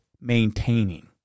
maintaining